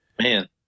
Man